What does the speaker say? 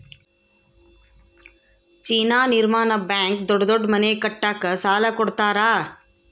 China ನಿರ್ಮಾಣ bank ದೊಡ್ಡ ದೊಡ್ಡ ಮನೆ ಕಟ್ಟಕ ಸಾಲ ಕೋಡತರಾ